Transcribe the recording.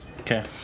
Okay